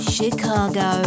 Chicago